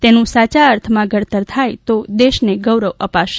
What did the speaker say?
તેનું સાચા અર્થમાં ઘડતર થાય તો દેશને ગૌરવ અપાવશે